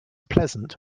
pleasant